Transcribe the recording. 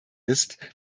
ist